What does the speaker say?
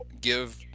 give